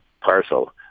parcel